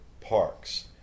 parks